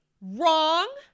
wrong